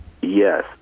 Yes